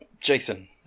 Jason